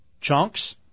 chunks